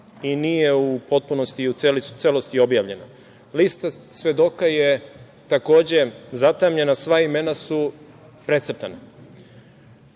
i nije u potpunosti i u celosti objavljena. Lista svedoka je takođe zatamnjena, sva imena su precrtana.